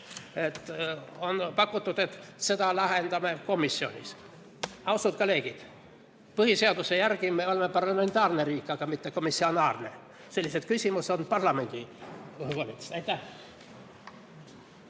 On pakutud, et seda lahendame komisjonis. Austatud kolleegid! Põhiseaduse järgi me oleme parlamentaarne riik, mitte komissionaarne. Sellised küsimused on parlamendi voli. Aitäh!